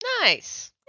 Nice